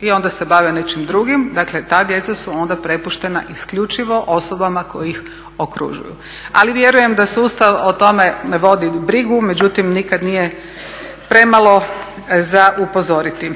i onda se bave nečim drugim. Dakle, ta djeca su onda prepuštena isključivo osobama koje ih okružuju. Ali vjerujem da sustav o tome vodi brigu. Međutim, nikad nije premalo za upozoriti.